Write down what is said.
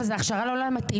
אבל זו הכשרה ללא מתאימים,